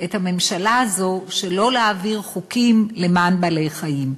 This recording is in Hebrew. את הממשלה הזו שלא להעביר חוקים למען בעלי-חיים.